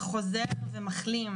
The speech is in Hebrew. באוקטובר